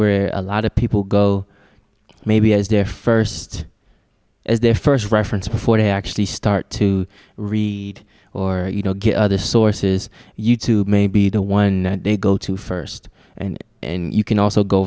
where a lot of people go maybe as their first as their first preference before they actually start to read or you know get other sources you tube may be the one they go to first and and you can also go